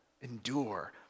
Endure